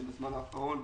בזמן האחרון,